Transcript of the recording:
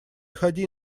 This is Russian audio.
ходи